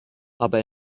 aber